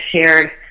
shared